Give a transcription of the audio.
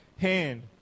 hand